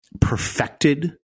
perfected